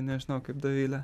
nežinau kaip dovilė